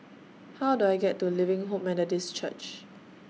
How Do I get to Living Hope Methodist Church